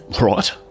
Right